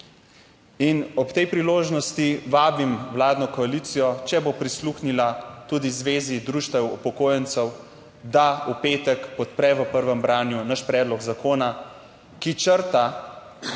In ob tej priložnosti vabim vladno koalicijo, če bo prisluhnila tudi Zvezi društev upokojencev, da v petek podpre v prvem branju naš predlog zakona, ki črta 75